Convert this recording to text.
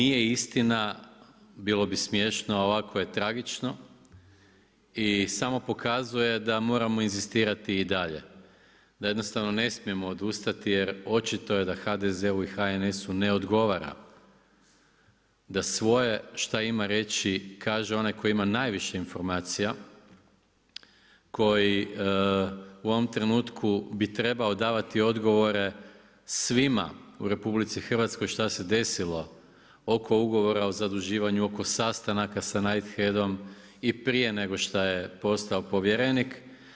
Da nije istina bilo bi smiješno a ovako je tragično i samo pokazuje da moramo inzistirati i dalje, da jednostavno ne smijemo odustati jer očito je da HDZ-u i HNS-u ne odgovara da svoje šta ima reći kaže onaj koji ima najviše informacija, koji u ovom trenutku bi trebao davati odgovore svima u RH šta se desilo oko ugovora o zaduživanju, oko sastanaka sa Knightheadom i prije nego šta je postao povjerenik.